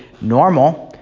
normal